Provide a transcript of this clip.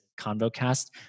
Convocast